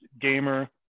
gamer